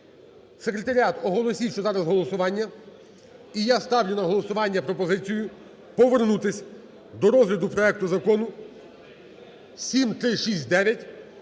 Секретаріат, оголосіть, що зараз голосування. І я ставлю на голосування пропозицію повернутися до розгляду проекту закону 7369,